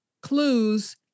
clues